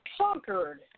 conquered